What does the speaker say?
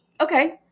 Okay